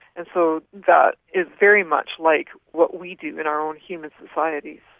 and so that is very much like what we do in our own human societies.